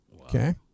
Okay